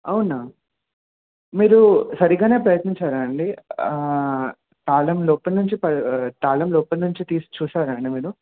అవునా మీరు సరిగానే ప్రయత్నించారా అండి తాళం లోపల నుంచి తాళం లోపల నుంచి తీసి చూశారాండి మీరు